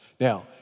Now